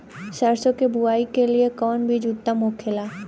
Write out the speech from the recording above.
सरसो के बुआई के लिए कवन बिज उत्तम होखेला?